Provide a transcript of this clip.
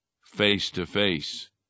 face-to-face